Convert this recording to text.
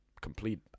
complete